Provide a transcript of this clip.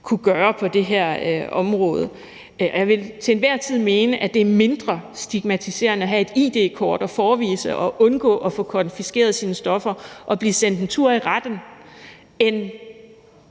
kunne gøre på det her område. Og jeg vil til enhver tid mene, at det er mindre stigmatiserende at have et id-kort at forevise for at undgå at få konfiskeret sine stoffer og blive sendt en tur i retten, end